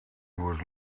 was